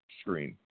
screen